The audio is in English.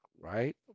Right